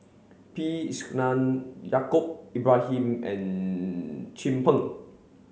P Krishnan Yaacob Ibrahim and Chin Peng